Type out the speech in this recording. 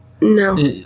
No